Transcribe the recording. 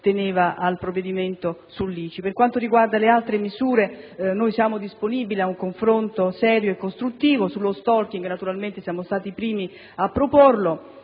Per quanto riguarda le altre misure, siamo naturalmente disponibili ad un confronto serio e costruttivo sullo *stalking*, visto che siamo stati i primi a proporlo,